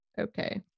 Okay